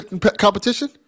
competition